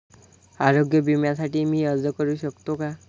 आरोग्य विम्यासाठी मी अर्ज करु शकतो का?